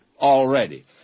already